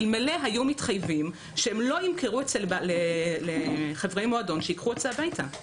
אלמלא היו מתחייבים שהם לא ימכרו לחברי מועדון שיקחו את זה הביתה.